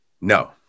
No